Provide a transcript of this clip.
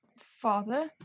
father